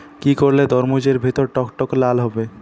কি করলে তরমুজ এর ভেতর টকটকে লাল হবে?